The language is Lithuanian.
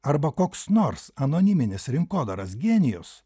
arba koks nors anoniminis rinkodaros genijus